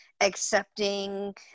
accepting